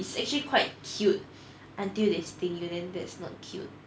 it's actually quite cute until they sting you then that's not cute